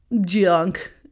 junk